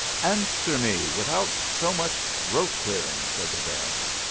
answer me without so much throat-clearing, said the baron.